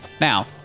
Now